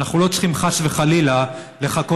שאנחנו לא צריכים חס וחלילה לחכות